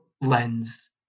lens